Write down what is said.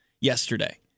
yesterday